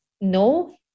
no